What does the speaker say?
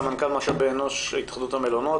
סמנכ"ל משאבי אנוש התאחדות המלונות,